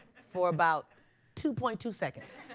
for about two point two seconds.